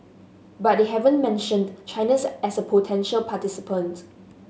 but they haven't mentioned China's as a potential participant